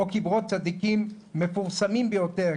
או קברות צדיקים מפורסמים ביותר,